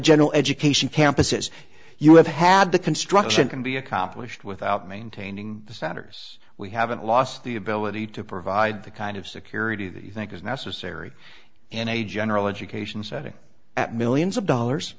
general education campuses you have had the construction can be accomplished without maintaining the satyrs we haven't lost the ability to provide the kind of security that you think is necessary in a general education setting at millions of dollars